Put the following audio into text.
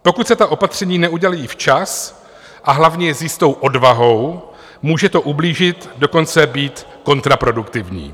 Pokud se ta opatření neudělají včas, a hlavně s jistou odvahou, může to ublížit, dokonce být kontraproduktivní.